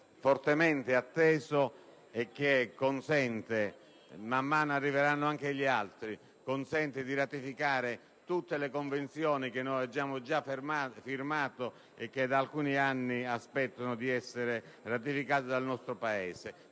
fortemente atteso; si tratta ora - a mano a mano arriveranno anche gli altri - di ratificare tutte le Convenzioni che noi abbiamo già firmato e che da alcuni anni aspettano di essere ratificate dal nostro Paese.